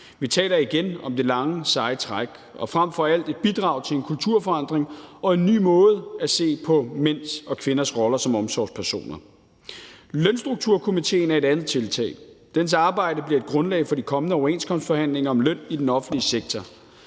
Vi taler igen om det lange seje træk – og frem for alt et bidrag til en kulturforandring og en ny måde at se på mænds og kvinders roller som omsorgspersoner på. Lønstrukturkomitéen er et andet tiltag. Dens arbejde bliver et grundlag for de kommende overenskomstforhandlinger om løn i den offentlige sektor.